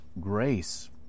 grace